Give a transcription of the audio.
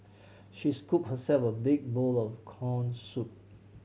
she scooped herself a big bowl of corn soup